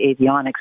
avionics